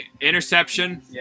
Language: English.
interception